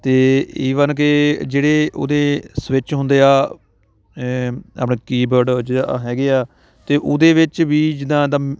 ਅਤੇ ਈਵਨ ਕਿ ਜਿਹੜੇ ਉਹਦੇ ਸਵਿੱਚ ਹੁੰਦੇ ਆ ਆਪਣੇ ਕੀਬਰਡ ਜਿਹੇ ਆ ਹੈਗੇ ਆ ਅਤੇ ਉਹਦੇ ਵਿੱਚ ਵੀ ਜਿੱਦਾਂ ਦਾ